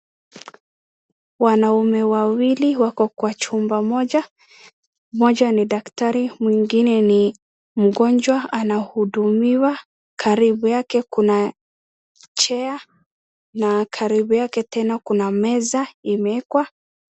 Wanaume wawili wako kwa chumba moja. Moja ni daktari, mwingine ni mgonjwa. Anahudumiwa. Karibu yake kuna chair na karibu yake tena kuna meza imewekwa.